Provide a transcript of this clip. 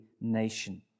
nation